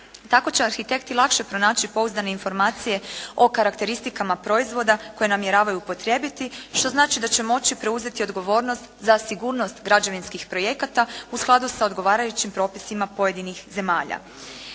Tako će arhitekti lakše pronaći pouzdane informacije o karakteristikama proizvoda koje namjeravaju upotrijebiti, što znači da će moći preuzeti odgovornost za sigurnost građevinskih projekata u skladu sa odgovarajućim propisima pojedinih zemalja.